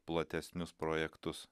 platesnius projektus